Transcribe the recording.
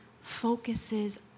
focuses